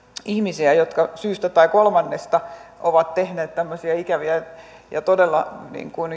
ihmisiä jotka syystä tai kolmannesta ovat tehneet tämmöisiä ikäviä ja todella